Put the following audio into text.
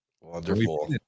Wonderful